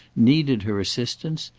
needed her assistance,